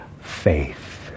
faith